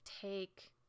take